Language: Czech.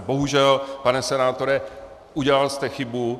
Bohužel, pane senátore, udělal jste chybu.